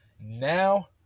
Now